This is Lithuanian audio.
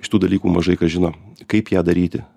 šitų dalykų mažai kas žino kaip ją daryti